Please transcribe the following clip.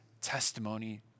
testimony